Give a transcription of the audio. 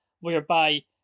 whereby